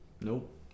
nope